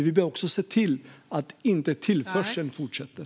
Vi behöver också se till att tillförseln inte fortsätter.